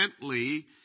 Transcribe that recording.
gently